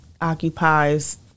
occupies